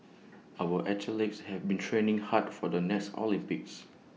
our athletes have been training hard for the next Olympics